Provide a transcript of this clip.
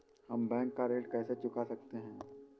हम बैंक का ऋण कैसे चुका सकते हैं?